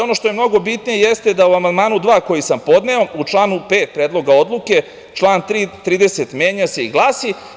Ono što je mnogo bitnije jeste da u amandmanu 2. koji sam podneo, u članu 5. Predloga odluke, član 30 menja se i glasi.